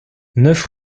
neuf